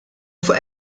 fuq